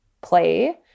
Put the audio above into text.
play